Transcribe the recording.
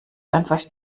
einfach